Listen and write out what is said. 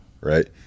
right